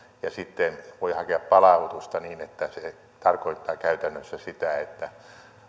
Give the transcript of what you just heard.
ja sitten voi hakea palautusta niin että se tarkoittaa käytännössä sitä että